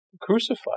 crucified